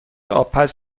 آبپز